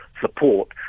support